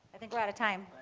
i think we're out of time.